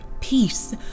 Peace